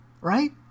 right